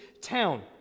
town